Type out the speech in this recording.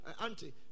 Auntie